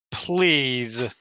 please